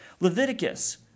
Leviticus